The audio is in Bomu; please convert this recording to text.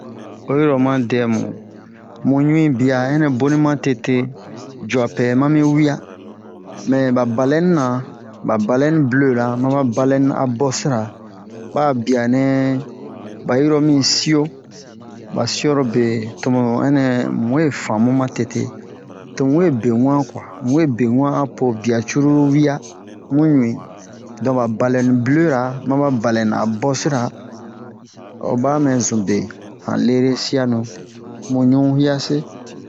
oyi ro oma dɛmu mu ɲui bia ɛnɛ boni ma tete jua pɛ ma mi wi'a mɛ ba balɛnira ba balɛni blera ma ba balɛni abosira ba'a bianɛ ba yi ro mi sio ba siorobe tomu ɛnɛ mu we famu ma tete to mu we be wan kwa mu we be wan apo bia cruru wi'a mu ɲui don ba balɛni blera ma ba balɛni abosira o ba mɛn zun be han lere sianu mu ɲu hiase